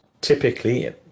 Typically